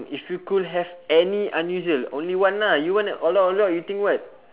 if you could have any unusual only one lah you want a lot a lot you think what